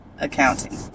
accounting